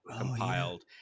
compiled